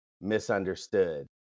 misunderstood